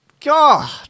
God